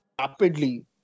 rapidly